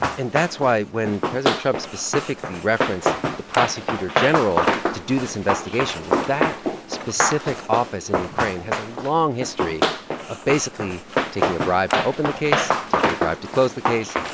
and that's why when president trump specifically referenced the prosecutor general to do this investigation, well, that specific office in ukraine has a long history of basically taking a bribe to open the case, taking a bribe to close the case,